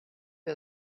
wir